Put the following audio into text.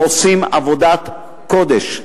אתם עושים עבודת קודש,